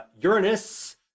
Uranus